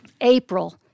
April